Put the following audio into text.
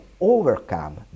overcome